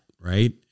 right